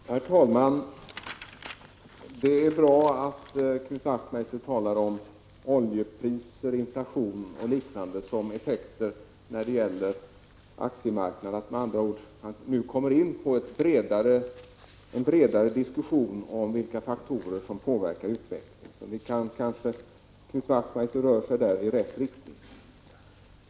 Herr talman! Det är bra att Knut Wachtmeister talar om oljepriser, inflation och liknande som effekter på aktiemarknadens utveckling, att han med andra ord nu kommer in på en bredare diskussion om vilka faktorer som påverkar utvecklingen. Knut Wachtmeister rör sig där i rätt riktning.